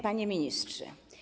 Panie Ministrze!